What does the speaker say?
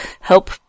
help